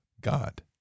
God